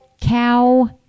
cow